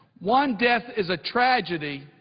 one death is a tragedy.